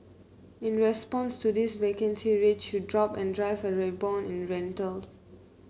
in response to this vacancy rates should drop and drive a rebound in rentals